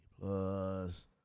plus